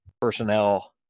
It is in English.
personnel